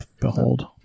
behold